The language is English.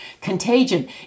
Contagion